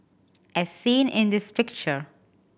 as seen in this picture